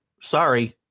Sorry